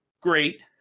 great